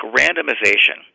randomization